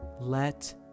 Let